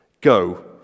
Go